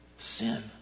Sin